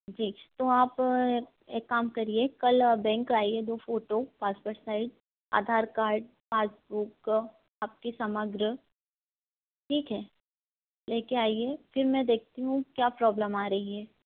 जी तो आप एक काम करिए कल आप बैंक आइए दो photo passport size Aadhaar card passbook आपके समग्र ठीक है ले के आइए फिर मैं देखती हूँ क्या प्रॉब्लम आ रही है